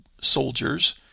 soldiers